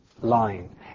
line